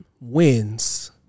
wins